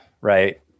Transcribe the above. right